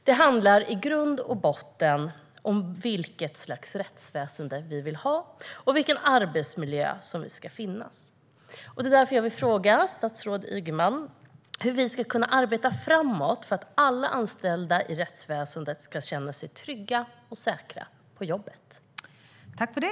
Det handlar i grund och botten om vilket slags rättsväsen som vi vill ha och vilken arbetsmiljö som ska finnas. Därför vill jag fråga statsrådet Ygeman hur vi ska kunna arbeta framåt för att alla anställda i rättsväsendet ska känna sig trygga och säkra på jobbet.